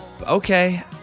Okay